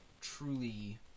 truly